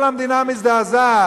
כל המדינה מזדעזעת.